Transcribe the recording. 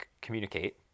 communicate